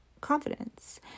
confidence